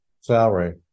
salary